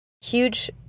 Huge